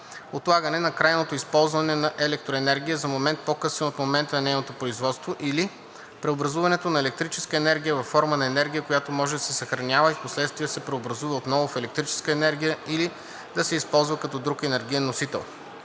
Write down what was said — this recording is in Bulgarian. Отлагане на крайното използване на електроенергия за момент, по-късен от момента на нейното производство, или - Преобразуването на електрическа енергия във форма на енергия, която може да се съхранява и впоследствие да се преобразува отново в електрическа енергия или да се използва като друг енергиен носител.